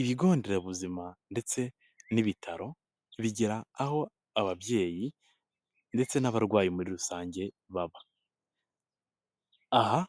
Ibigo nderabuzima ndetse n'ibitaro bigira aho ababyeyi ndetse n'abarwayi muri rusange baba, aha